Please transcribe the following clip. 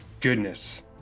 goodness